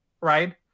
right